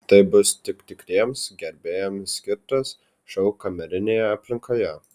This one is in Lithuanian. tai bus tik tikriems gerbėjams skirtas šou kamerinėje aplinkoje